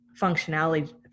functionality